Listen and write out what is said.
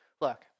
Look